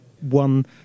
one